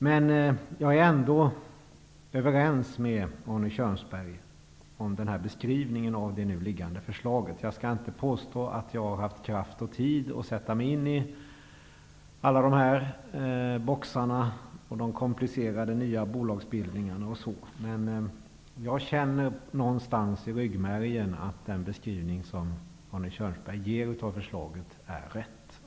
Men jag är ändå överens med Arne Kjörnsberg om beskrivningen av det nu föreliggande förslaget. Jag skall inte påstå att jag har haft tid och kraft att sätta mig in i alla scheman och de nya, komplicerade bolagsbildningarna. Men jag känner någonstans i ryggmärgen att den beskrivning som Arne Kjörnsberg ger av förslaget är rätt.